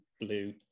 blue